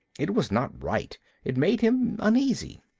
it was not right it made him uneasy.